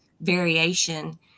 variation